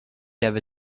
ever